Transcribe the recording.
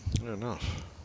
Enough